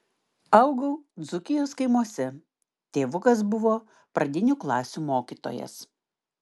augau dzūkijos kaimuose tėvukas buvo pradinių klasių mokytojas